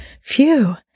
phew